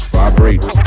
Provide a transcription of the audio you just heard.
Vibrate